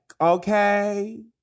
okay